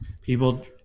People